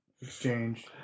exchange